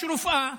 יש רופאה